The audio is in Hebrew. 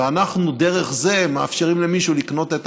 ואנחנו דרך זה מאפשרים למישהו לקנות את